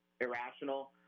irrational